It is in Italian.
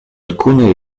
alcune